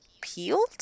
peeled